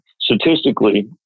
statistically